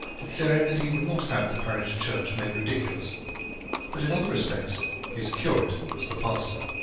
declaring that he would not have the parish church made ridiculous but in other respects his curate was the pastor.